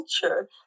culture